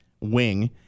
wing